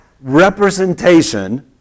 representation